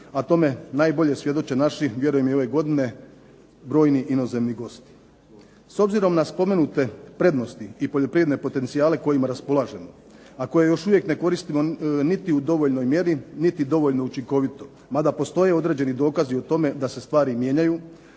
a tome najbolje svjedoče naši a vjerujem i ove godine brojni inozemni gosti. S obzirom na spomenute prednosti i poljoprivredne potencijale kojima raspolažemo, a koje još uvijek ne koristimo niti u dovoljnoj mjeri niti dovoljno učinkovito, mada postoje određeni dokazi o tome da se stvari mijenjaju